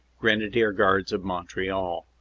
grenadier guards of montreal.